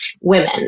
women